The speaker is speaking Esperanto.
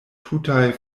tutaj